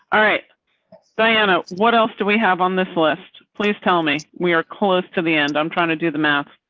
all right diana what else do we have on this list? please tell me we are close to the end. i'm trying to do the math.